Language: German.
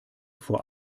vor